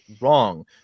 wrong